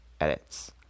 edits